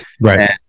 Right